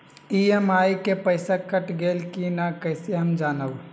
EMI के पईसा कट गेलक कि ना कइसे हम जानब?